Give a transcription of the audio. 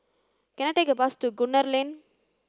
can I take a bus to Gunner Lane